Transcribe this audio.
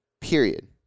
period